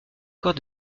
encore